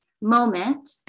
moment